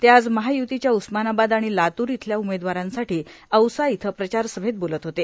ते आज महायुतीच्या उस्मानाबाद आणि लातून इथल्या उमेदवारांसाठी औसा इथं प्रचारसभेत बोलत होते